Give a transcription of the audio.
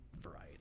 variety